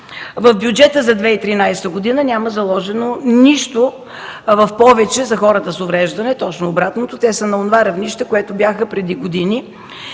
В бюджета за 2013 г. няма заложено нищо в повече за хората с увреждане. Точно обратното – те са на онова равнище, на което бяха преди години.